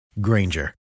Granger